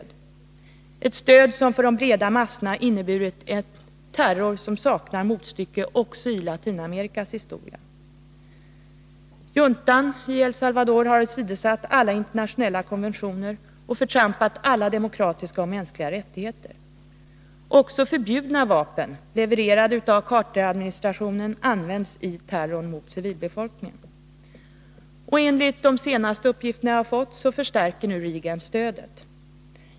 Det är ett stöd som för de breda massorna inneburit en terror som saknar motstycke också i Latinamerikas historia. Juntan i El Salvador har åsidosatt alla internationella konventioner och förtrampat alla demokratiska och mänskliga rättigheter. Också förbjudna vapen, levererade av Carteradministrationen, används i terrorn mot civilbefolkningen. Enligt de senaste uppgifterna förstärker nu Reagan stödet.